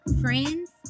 friends